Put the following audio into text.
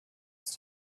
ist